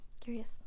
Curious